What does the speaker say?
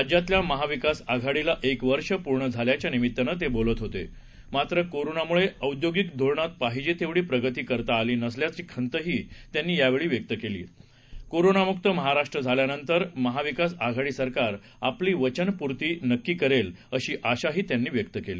राज्यातल्या महाविकास आघाडीला एक वर्ष पूर्ण झाल्याच्या निमित्तानं ते बोलत होते मात्र कोरोनामुळे औद्योगिक धोरणात पाहिजे तेवढी प्रगति करता न आल्याची खंत ही त्यांनी व्यक्त केली आहेकोरोना मुक्त महाराष्ट्र झाल्या नन्तर महाविकास आघाडी सरकार आपली वचन पूर्ती नक्की करेल अशी आशा ही त्यांनी व्यक्त केली